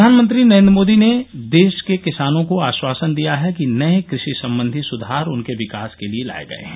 प्रधानमंत्री नरेंद्र मोदी ने देश के किसानों को आश्वासन दिया है कि नए क्रषि संबंधी सुधार उनके विकास के लिए लाए गए हैं